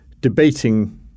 debating